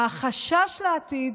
החשש לעתיד